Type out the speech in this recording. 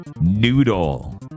Noodle